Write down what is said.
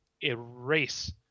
erase